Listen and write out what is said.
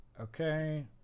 Okay